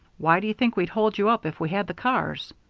why do you think we'd hold you up if we had the cars?